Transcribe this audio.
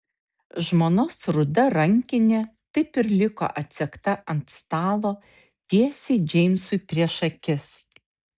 žmonos ruda rankinė taip ir liko atsegta ant stalo tiesiai džeimsui prieš akis